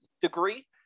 degree